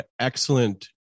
excellent